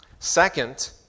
Second